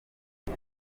uyu